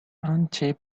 untaped